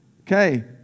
Okay